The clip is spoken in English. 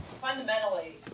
Fundamentally